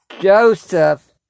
Joseph